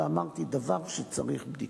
ואמרתי: דבר שצריך בדיקה.